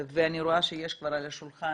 ואני רואה שיש כבר על השולחן,